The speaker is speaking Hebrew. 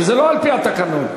וזה לא על-פי התקנון.